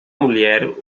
mulher